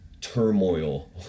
turmoil